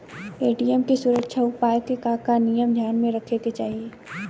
ATM के सुरक्षा उपाय के का का नियम ध्यान में रखे के चाहीं?